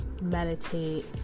Meditate